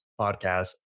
podcast